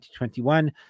2021